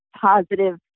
positive